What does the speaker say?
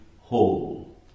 whole